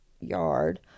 yard